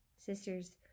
Sisters